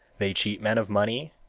they cheat men of money,